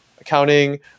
accounting